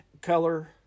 color